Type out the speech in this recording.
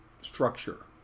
structure